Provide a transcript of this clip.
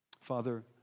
Father